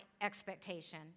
expectation